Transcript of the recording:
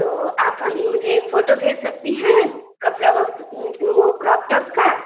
तो आप हमें मुझे एक फ़ोटो भेज सकती हैं कपड़ा व यह वह क्रॉप टॉप का